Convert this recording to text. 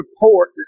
report